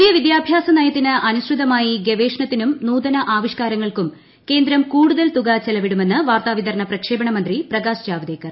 പുതിയ വിദ്യാഭ്യാസ നയത്തിന് അനുസൃതമ്പൂർയി ഗവേഷണത്തിനും നൂതന ആവിഷ്കാരങ്ങൾക്കും കേന്ദ്രം കൂടുതൽ തുക ചെലവിടുമെന്ന് വാർത്താവിതരണ പ്രക്ഷേപണ മന്ത്രി പ്രകാശ് ജാവദേക്കർ